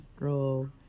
girl